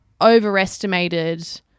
overestimated